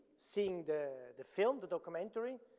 seeing the the film, the documentary.